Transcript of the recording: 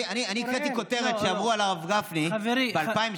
אני הקראתי כותרת שאמרו על הרב גפני ב-2017: